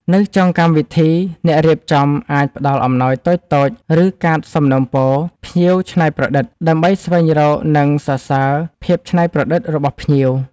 នៅចុងកម្មវិធី អ្នករៀបចំអាចផ្តល់អំណោយតូចៗ ឬកាតសំណូមពរ “ភ្ញៀវច្នៃប្រឌិត” ដើម្បីស្វែងរក និងសរសើរភាពច្នៃប្រឌិតរបស់ភ្ញៀវ។